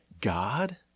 God